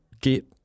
get